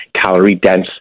calorie-dense